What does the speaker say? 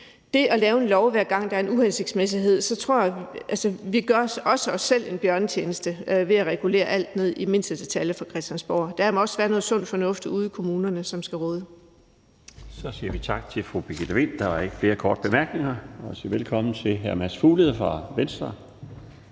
om at lave en lov, hver gang der er en uhensigtsmæssighed. Altså, vi gør også os selv en bjørnetjeneste ved at regulere alt ned i mindste detalje fra Christiansborg. Der må også være noget sund fornuft ude i kommunerne, som skal råde. Kl. 18:24 Den fg. formand (Bjarne Laustsen): Så siger vi tak til fru Birgitte Vind. Der er ikke flere korte bemærkninger. Vi siger velkommen til hr. Mads Fuglede fra Venstre.